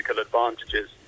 advantages